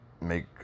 make